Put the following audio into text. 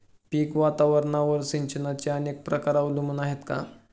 पीक वातावरणावर सिंचनाचे अनेक प्रकार अवलंबून आहेत का?